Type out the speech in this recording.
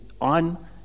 on